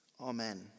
Amen